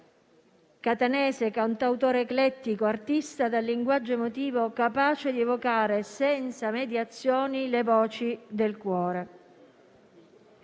catanese, cantautore eclettico, artista dal linguaggio emotivo capace di evocare, senza mediazioni, le voci del cuore.